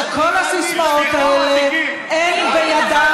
שכל הסיסמאות האלה אין בידן,